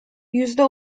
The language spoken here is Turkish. yüzde